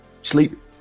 sleep